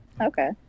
okay